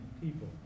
people